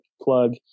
plug